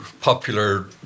popular